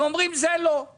אני